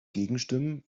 gegenstimmen